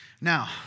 Now